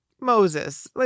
Moses